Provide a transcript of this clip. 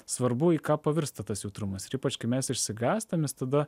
svarbu į ką pavirsta tas jautrumas ir ypač kai mes išsigąstam mes tada